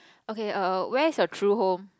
okay err where is your true home